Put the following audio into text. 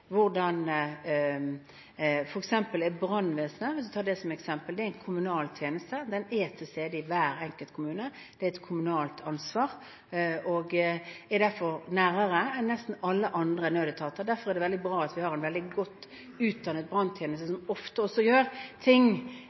Hvis en tar brannvesenet som eksempel: Det er en kommunal tjeneste, det er til stede i hver enkelt kommune. Det er et kommunalt ansvar og er derfor nærmere enn nesten alle andre nødetater. Derfor er det veldig bra at vi har en veldig godt utdannet branntjeneste, som ofte også gjør ting